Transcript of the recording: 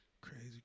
Crazy